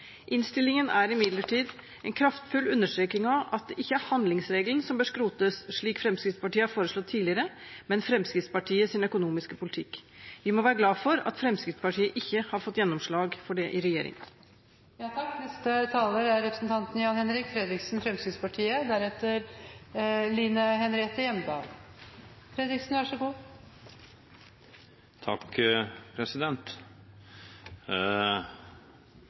Innstillingen er imidlertid en kraftfull understreking av at det ikke er handlingsregelen som bør skrotes, slik Fremskrittspartiet har foreslått tidligere, men Fremskrittspartiets økonomiske politikk. Vi må være glad for at Fremskrittspartiet ikke har fått gjennomslag for dette i regjering. Det å bruke nærmere 100 mrd. kr på å skulle ta imot 13 600 flyktninger til Norge, på bekostning av at så